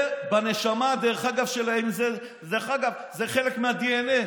זה, דרך אגב, חלק מהדנ"א